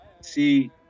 see